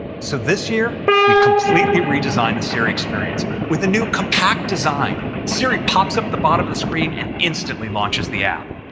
so this year, we've completely redesigned siri experience. with a new compact design, siri pops up the bottom of the screen and instantly launches the app.